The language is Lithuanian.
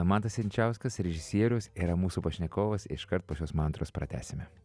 mantas jančiauskas režisierius yra mūsų pašnekovas iškart po šios mantros pratęsime